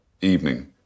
evening